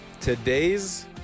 Today's